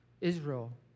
Israel